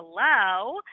hello